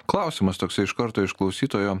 klausimas toksai iš karto iš klausytojo